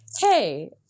hey